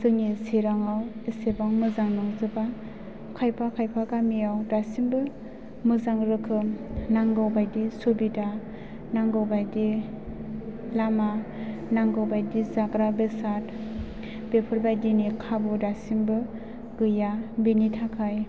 जोंनि चिरांआव एसेबां मोजां नंजोबा खायफा खायफा गामियाव दासिमबो मोजां रोखोम नांगौबायदि सुबिदा नांगौबायदि लामा नांगौबायदि जाग्रा बेसाद बेफोरबायदिनि खाबु दासिमबो गैया बेनि थाखाय